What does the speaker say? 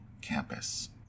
campus